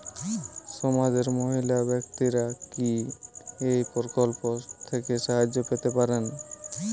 সমাজের মহিলা ব্যাক্তিরা কি এই প্রকল্প থেকে সাহায্য পেতে পারেন?